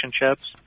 relationships